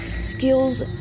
skills